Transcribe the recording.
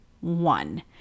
one